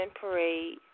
parade